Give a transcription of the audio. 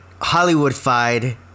Hollywood-fied